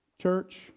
Church